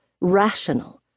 rational